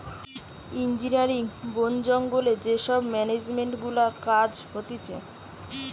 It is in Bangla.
ইঞ্জিনারিং, বোন জঙ্গলে যে সব মেনেজমেন্ট গুলার কাজ হতিছে